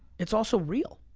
it's also real.